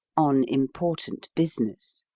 on important business.